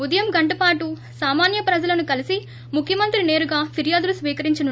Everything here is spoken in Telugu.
ఉదయం గంటపాటు సామాన్య ప్రజలను కలిసి ముఖ్యమంత్రి నేరుగా ఫిర్యాదులు స్వీకరించనున్నారు